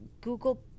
Google